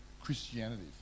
Christianity